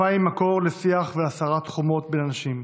שפה היא מקור לשיח והסרת חומות בין אנשים,